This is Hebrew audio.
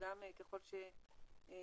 וגם ככל שיידרשו,